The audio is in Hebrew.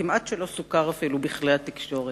כמעט שלא סוקר בכלי התקשורת,